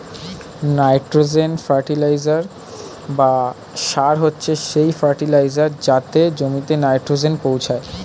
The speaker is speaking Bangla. নাইট্রোজেন ফার্টিলাইজার বা সার হচ্ছে সেই ফার্টিলাইজার যাতে জমিতে নাইট্রোজেন পৌঁছায়